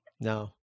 No